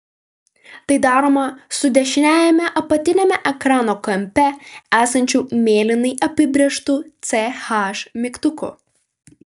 tai daroma su dešiniajame apatiniame ekrano kampe esančiu mėlynai apibrėžtu ch mygtuku